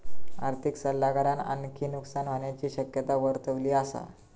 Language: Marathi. आर्थिक सल्लागारान आणखी नुकसान होण्याची शक्यता वर्तवली असा